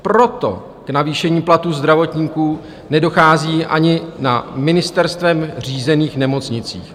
Proto k navýšení platů zdravotníků nedochází ani na ministerstvem řízených nemocnicích.